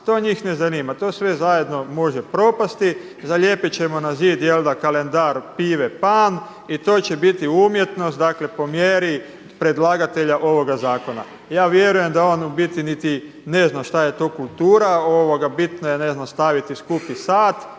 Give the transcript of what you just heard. to njih ne zanima, to sve zajedno može propasti, zalijepit ćemo na zid kalendar pive Pan i to će biti umjetnost dakle po mjeri predlagatelja ovoga zakona. Ja vjerujem da on u biti niti ne zna šta je to kultura. Bitno je ne znam staviti skupi sat